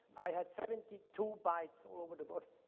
i had seventy two bites all over the body.